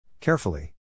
Carefully